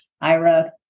IRA